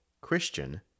Christian